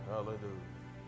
hallelujah